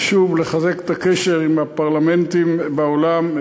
חשוב לחזק את הקשר עם הפרלמנטים בעולם.